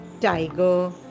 tiger